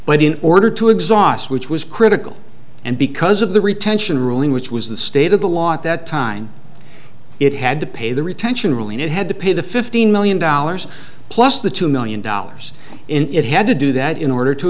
but in order to exhaust which was critical and because of the retention ruling which was the state of the law at that time it had to pay the retention rule and it had to pay the fifteen million dollars plus the two million dollars in it had to do that in order to